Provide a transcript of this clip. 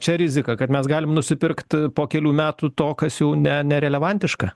čia rizika kad mes galim nusipirkt po kelių metų to kas jau ne nerelevantiška